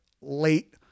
late